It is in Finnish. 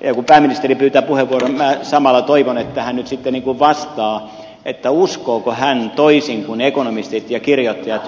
ja kun pääministeri pyytää puheenvuoron minä samalla toivon että hän nyt sitten vastaa uskooko hän toisin kuin ekonomistit ja kirjoittajat